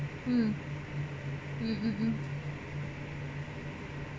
mm mm mm mm